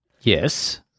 Yes